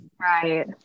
Right